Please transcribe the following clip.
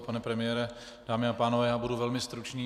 Pane premiére, dámy a pánové, já budu velmi stručný.